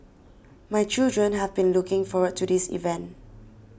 my children have been looking forward to this event